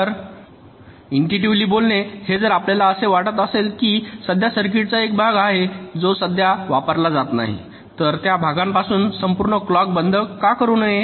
तर इंटुईटिव्हली बोलणे हे जर आपल्याला असे वाटत असेल की सध्या सर्किटचा एक भाग आहे जो सध्या वापरला जात नाही तर त्या भागापासून संपूर्ण क्लॉक बंद का करू नये